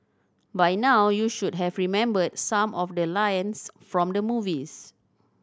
by now you should have remembered some of the lines from the movies